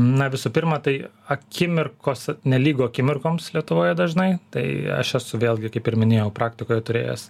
na visų pirma tai akimirkos nelygų akimirkoms lietuvoje dažnai tai aš esu vėlgi kaip ir minėjau praktikoje turėjęs